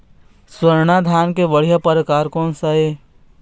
स्वर्णा धान के बढ़िया परकार कोन हर ये?